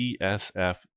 DSF